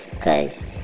cause